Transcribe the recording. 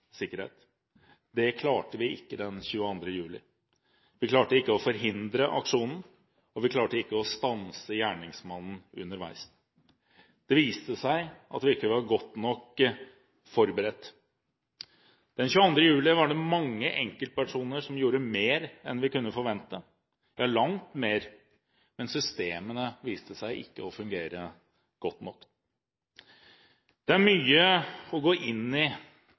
Det klarte vi ikke den 22. juli. Vi klarte ikke å forhindre aksjonen, og vi klarte ikke å stanse gjerningsmannen underveis. Det viste seg at vi ikke var godt nok forberedt. Den 22. juli var det mange enkeltpersoner som gjorde mer enn vi kunne forvente, ja langt mer. Men systemene viste seg ikke å fungere godt nok. Det er mye å gå inn i